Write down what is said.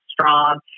strong